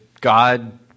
God